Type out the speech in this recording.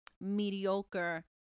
mediocre